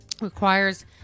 requires